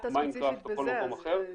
מיינדקראפט או כל מקום אחר,